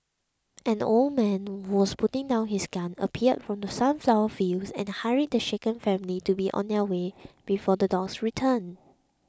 an old man who was putting down his gun appeared from the sunflower fields and hurried the shaken family to be on their way before the dogs return